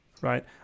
right